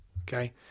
okay